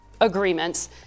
agreements